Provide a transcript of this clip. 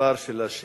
המספר של השאילתא,